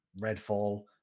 Redfall